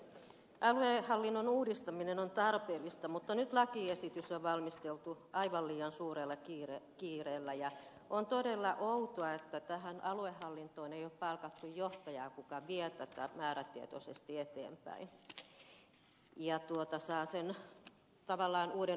aluehallinnon uudistaminen on tarpeellista mutta nyt lakiesitys on valmisteltu aivan liian suurella kiireellä ja on todella outoa että aluehallintoon ei ole palkattu johtajaa joka vie tätä määrätietoisesti eteenpäin ja saa tavallaan sen uuden organisaation toimimaan